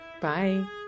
Bye